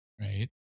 right